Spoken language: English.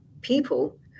people